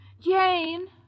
Jane